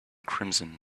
crimson